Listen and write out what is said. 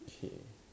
shit